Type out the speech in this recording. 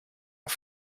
auf